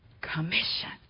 commission